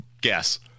Guess